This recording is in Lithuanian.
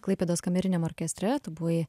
klaipėdos kameriniam orkestre tu buvai